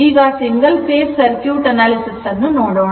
ಈಗ single phase circuit analysis ಅನ್ನು ನೋಡೋಣ